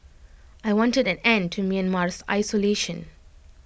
I wanted an end to Myanmar's isolation